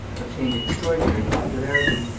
obtained extraordinary popularity,